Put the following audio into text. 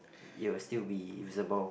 it will still be usable